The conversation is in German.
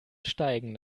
steigen